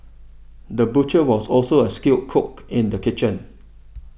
the butcher was also a skilled cook in the kitchen